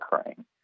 occurring